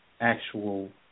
actual